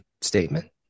statement